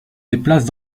déplacent